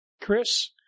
Chris